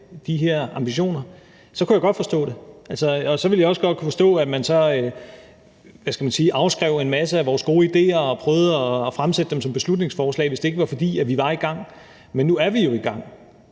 vi var i gang, ville jeg godt kunne forstå det, og så ville jeg også godt kunne forstå, at man så skrev en masse af vores gode idéer af og prøvede at fremsætte dem som beslutningsforslag. Men nu er vi jo i gang,